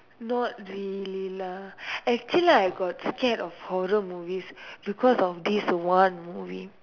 not really lah actually I got scared of horror movies because of this one movie